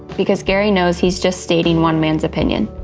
because gary knows he's just stating one man's opinion.